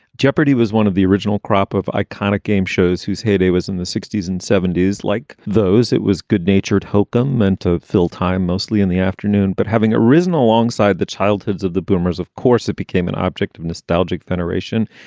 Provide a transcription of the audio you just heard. jeopardy was one of the original crop of iconic game shows whose heyday was in the sixty s and seventy s. like those, it was good natured hokum and to fill time, mostly in. the afternoon, but having arisen alongside the childhoods of the boomers, of course, that became an object of nostalgic veneration.